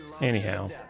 Anyhow